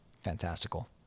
Fantastical